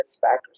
factors